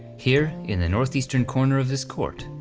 here, in the northeastern corner of this court,